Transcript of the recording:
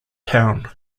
town